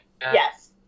Yes